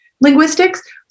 linguistics